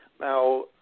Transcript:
Now